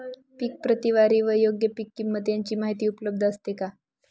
पीक प्रतवारी व योग्य पीक किंमत यांची माहिती उपलब्ध असते का?